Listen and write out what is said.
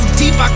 deep